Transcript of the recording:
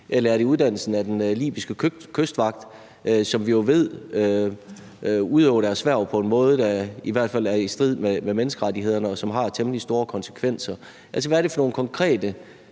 eller er det i uddannelsen af den libyske kystvagt, som vi jo ved udøver deres hverv på en måde, der i hvert fald er i strid med menneskerettighederne, og som har temmelig store konsekvenser? Hvad er det for nogle konkrete